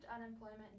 unemployment